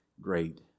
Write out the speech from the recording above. great